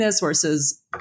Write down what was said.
versus